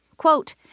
Quote